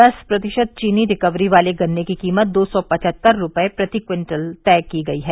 दस प्रतिशत चीनी रिकवरी वाले गन्ने की कीमत दो सौ पचहत्तर रुपये प्रति क्विटंल तय की गई है